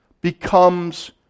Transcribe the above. becomes